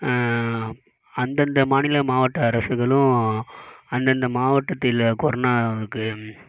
அந்தந்த மாநில மாவட்ட அரசுகளும் அந்தந்த மாவட்டத்தில் கொரோனாவுக்கு